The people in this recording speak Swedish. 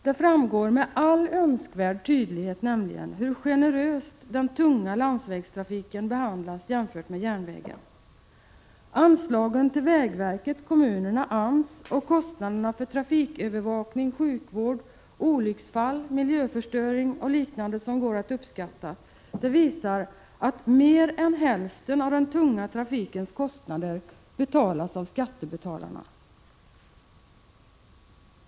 Det framgår med all önskvärd tydlighet hur generöst t.ex. den tunga landsvägstrafiken behandlas jämfört med järnvägen. Anslagen till vägverket, kommunerna och AMS samt kostnaderna för trafikövervakning, sjukvård, olycksfall, miljöförstöring och liknande som går att uppskatta visar att mer än hälften av den tunga trafikens kostnader betalas av skattebetalarna.